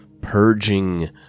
purging